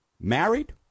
married